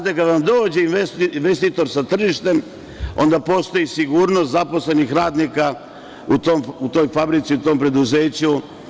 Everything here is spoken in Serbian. Kada vam dođe investitor sa tržištem onda postoji sigurnost zaposlenih radnika u toj fabrici, u tom preduzeću.